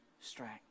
strength